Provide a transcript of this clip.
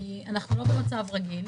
כי אנחנו לא במצב רגיל.